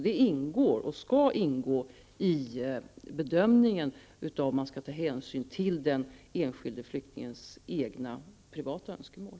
Det skall ingå i bedömningen att hänsyn skall tas till den enskilde flyktingens egna privata önskemål.